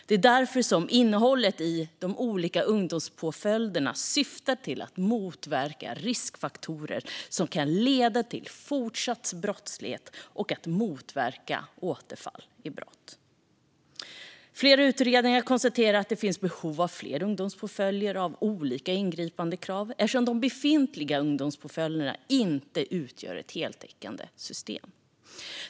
Det är därför som innehållet i de olika ungdomspåföljderna syftar till att motverka riskfaktorer som kan leda till fortsatt brottslighet och till att motverka återfall i brott. Flera utredningar konstaterar att det finns behov av fler ungdomspåföljder av olika ingripandegrad, eftersom de befintliga ungdomspåföljderna inte utgör ett heltäckande system.